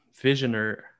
visioner